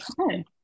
Okay